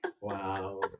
Wow